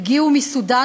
הגיעו מסודאן,